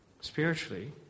spiritually